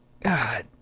God